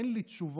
אין לי תשובות